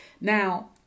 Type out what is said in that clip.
Now